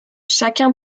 chacun